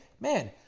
man